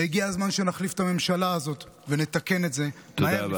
והגיע הזמן שנחליף את הממשלה הזאת ונתקן את זה מהר,